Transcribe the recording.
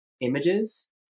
images